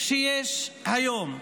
שיש היום.